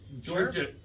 Georgia